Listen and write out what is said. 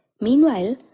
Meanwhile